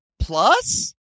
Plus